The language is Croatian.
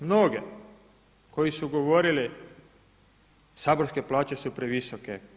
Mnoge, koji su govorili: Saborske plaće su previsoke.